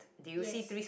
yes